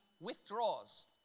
withdraws